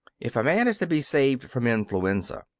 if a man is to be saved from influenza,